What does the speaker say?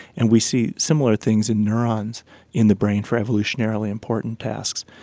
and we see similar things in neurons in the brain for evolutionarily important tasks.